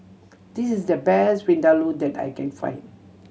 this is the best Vindaloo that I can find